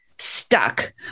Stuck